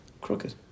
crooked